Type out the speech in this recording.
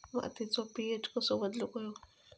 मातीचो पी.एच कसो बदलुक होयो?